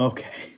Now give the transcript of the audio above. Okay